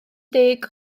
deg